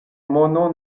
mono